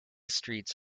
streets